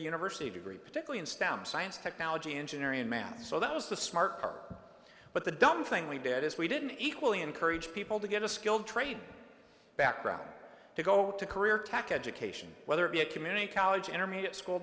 university degree particularly in stem science technology engineering and math so that was the smart car but the dumb thing we did is we didn't equally encourage people to get a skilled trade background to go to career track education whether it be a community college intermediate school